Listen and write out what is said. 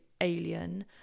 alien